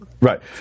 right